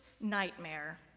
nightmare